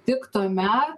tik tuomet